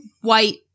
white